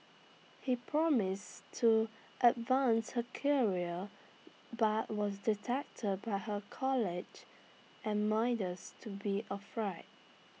he promised to advance her career but was detected by her colleagues and minders to be A fraud